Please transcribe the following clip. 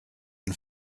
and